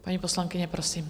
Paní poslankyně, prosím.